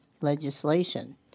legislation